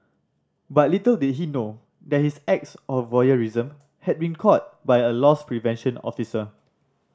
but little did he know that his acts of voyeurism had been caught by a loss prevention officer